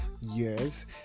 years